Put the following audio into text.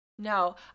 No